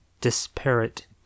disparate